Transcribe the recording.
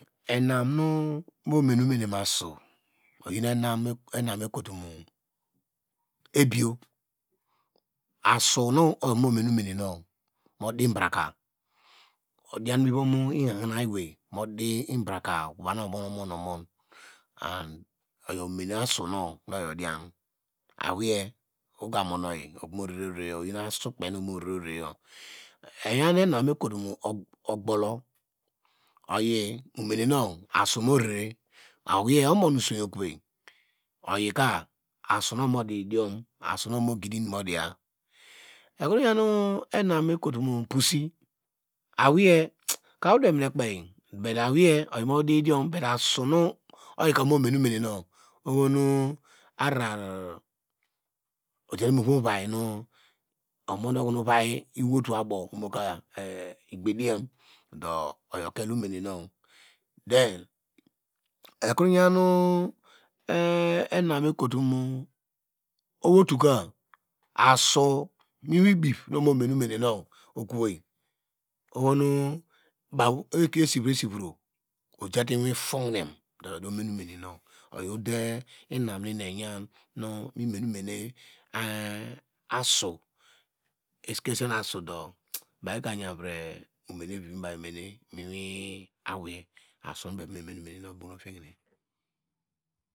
Enam nu mu mene omene masu oyi ema mekotomo ebiyo asu nu oyi ova mo mi neomene no mo di braka modian mo lvom lhain na ewei, modi ibraka baw nu omo omon wud oyo omane asu nu no oyi odia awiye ogamonoyi okomo rere orere yo oyin asukpi do eyen evan ma kotomo ogulo oyi omeno asu morere aweiye omon useyi okove oyika asu nu ovamu di diom asu no ovamu gidi lnum modiya, ekroyun enum mekotom purse awerye odemenikpe but awei oyi modidiom asuno oyika ovamumene omine no ohono abow mo uvai no omonde oworo, ikpediyam dọ oyi okele omeneno then ekroyano eh emam no mekotomo owotoka asu mo iwi ibive nu momene ominwno ohono baw ojute iwin tohinem oyi odo mene omene no iyow ode lnum no eni eyan mu asu esikesenu asu do baw egayan inuvivi nu baw memene inu vivi aweiye asu no baw eva me mene omene no obuno fihine.